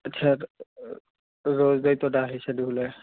ਅੱਛਾ